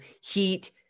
heat